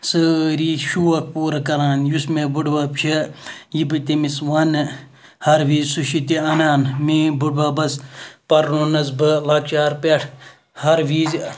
سٲری شوق پوٗرٕ کَران یُس مےٚ بڈۍ بَب چھِ یہِ بہٕ تٔمِس وَنہٕ ہر وِز سُہ چھِ تہِ اَنان میٛٲنۍ بٔڈۍ بَبَس پَرنوونَس بہٕ لۄکچار پٮ۪ٹھ ہر وِزِ